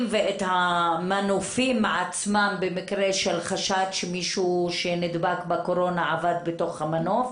ואת המנופים עצמם במקרה של חשד שמישהו שנדבק בקורונה עבד בתוך המנוף.